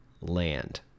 land